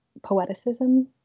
poeticism